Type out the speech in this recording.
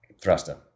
Thruster